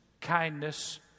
kindness